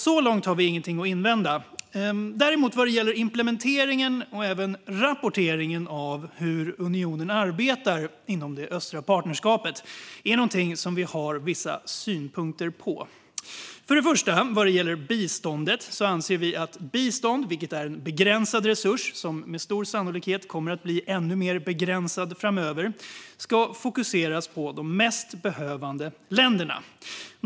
Så långt har vi ingenting att invända. Vad däremot gäller implementeringen och även rapporteringen av hur unionen arbetar inom det östliga partnerskapet har vi vissa synpunkter. Först vill jag ta upp biståndet. Bistånd är en begränsad resurs som med stor sannolikhet kommer att bli ännu mer begränsad framöver. Vi anser att det främst ska fokuseras på de länder som behöver det mest.